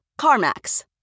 CarMax